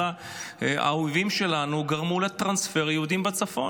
אלא האויבים שלנו גרמו לטרנספר יהודים בצפון.